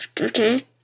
okay